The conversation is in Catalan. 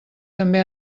també